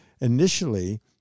initially